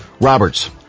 Roberts